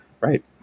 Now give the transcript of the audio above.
Right